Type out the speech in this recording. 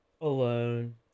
Alone